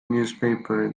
newspaper